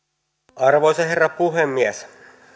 arvoisa herra puhemies